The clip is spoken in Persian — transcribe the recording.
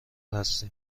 هستیم